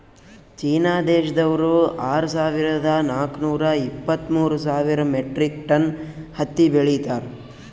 China ದೇಶ್ದವ್ರು ಆರ್ ಸಾವಿರದಾ ನಾಕ್ ನೂರಾ ಇಪ್ಪತ್ತ್ಮೂರ್ ಸಾವಿರ್ ಮೆಟ್ರಿಕ್ ಟನ್ ಹತ್ತಿ ಬೆಳೀತಾರ್